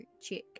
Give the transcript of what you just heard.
check